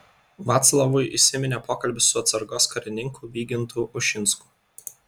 vaclavui įsiminė pokalbis su atsargos karininku vygintu ušinsku